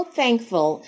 thankful